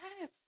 Yes